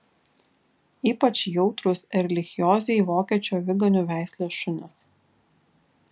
ypač jautrūs erlichiozei vokiečių aviganių veislės šunys